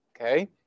Okay